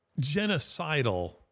genocidal